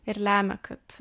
ir lemia kad